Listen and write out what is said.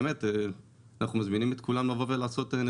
אנחנו מזמינים את כולם לבוא ולעשות אצלנו